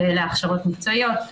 שאלה הכשרות מקצועיות,